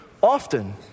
often